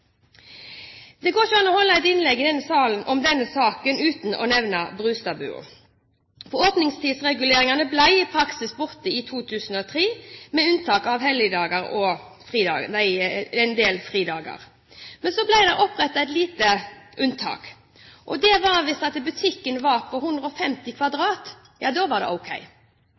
Det går ikke an å holde et innlegg i denne salen om denne saken uten å nevne Brustad-bua. Åpningstidsreguleringene ble i praksis borte i 2003, med unntak av helligdager og en del fridager. Men så ble det opprettet et lite unntak, og det var hvis butikken var på under 100 kvadratmeter – da var det ok.